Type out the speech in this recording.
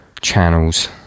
channels